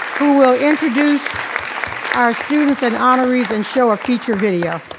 who will introduce students and honorees and show a feature video.